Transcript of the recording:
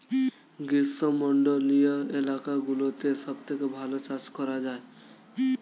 গ্রীষ্মমণ্ডলীয় এলাকাগুলোতে সবথেকে ভালো চাষ করা যায়